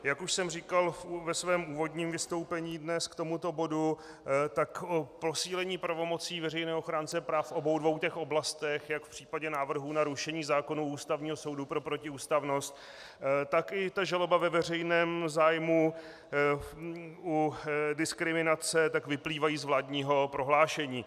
Jak už jsem říkal ve svém úvodním vystoupení dnes k tomuto bodu, tak posílení pravomocí veřejného ochránce práv v obou dvou oblastech, jak v případě návrhu na rušení zákonů Ústavního soudu pro protiústavnost, tak i ta žaloba ve veřejném zájmu u diskriminace, vyplývá z vládního prohlášení.